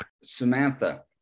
Samantha